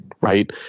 right